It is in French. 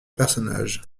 personnage